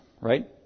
right